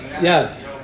Yes